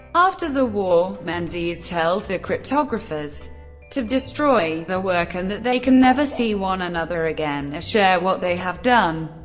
after the war, menzies tells the cryptographers to destroy their work and that they can never see one another again or share what they have done.